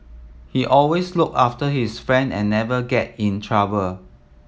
he always look after his friend and never get in trouble